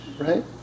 Right